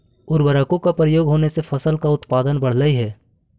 उर्वरकों का प्रयोग होने से फसल का उत्पादन बढ़लई हे